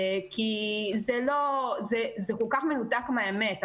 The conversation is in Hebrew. כי זה כל כך מנותק מהאמת.